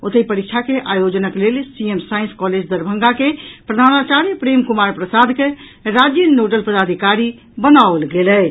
ओतहि परीक्षा के आयोजनक लेल सीएम साईंस कॉलेज दरभंगा के प्रधानाचार्य प्रेम कुमार प्रसाद के राज्य नोडल पदाधिकारी बनाओल गेल अछि